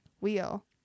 wheel